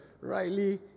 rightly